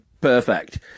perfect